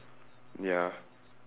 ya